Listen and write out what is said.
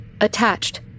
Attached